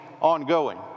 ongoing